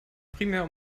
primär